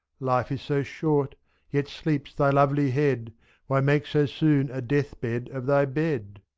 life is so shorty yet sleeps thy lovely head why make so soon a death-bed of thy bed?